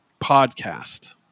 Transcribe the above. podcast –